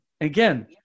Again